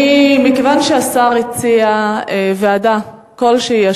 מכיוון שהשר הציע ועדה כלשהי,